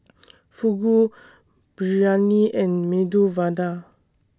Fugu Biryani and Medu Vada